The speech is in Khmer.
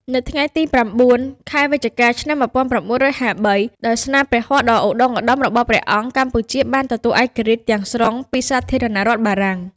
នៅថ្ងៃទី៩ ខែវិច្ឆិកា ឆ្នាំ១៩៥៣ ដោយស្នាព្រះហស្តដ៏ឧត្ដុង្គឧត្ដមរបស់ព្រះអង្គ កម្ពុជាបានទទួលឯករាជ្យទាំងស្រុងពីសាធារណរដ្ឋបារាំង។